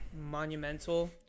monumental